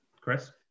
chris